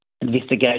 investigation